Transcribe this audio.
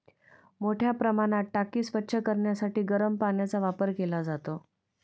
मोठ्या प्रमाणात टाकी स्वच्छ करण्यासाठी गरम पाण्याचा वापर केला जातो